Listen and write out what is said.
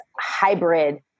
hybrid